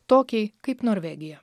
tokiai kaip norvegija